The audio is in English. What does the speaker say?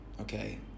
Okay